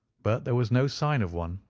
but there was no sign of one.